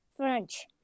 French